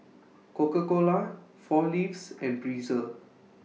Coca Cola four Leaves and Breezer